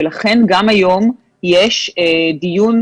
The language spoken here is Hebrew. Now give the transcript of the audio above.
לכן, גם היום יש דיון.